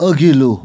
अघिल्लो